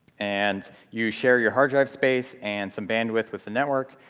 and you share your hard-drive space and some bandwidth with the network,